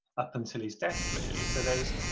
up until his death really so those